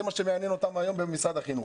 זה מה שמעניין אותם היום במשרד החינוך.